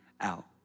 out